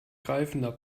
greifender